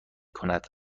کند